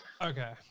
Okay